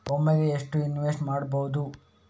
ಒಮ್ಮೆಗೆ ಎಷ್ಟು ಇನ್ವೆಸ್ಟ್ ಮಾಡ್ಬೊದು?